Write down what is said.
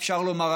אפשר לומר,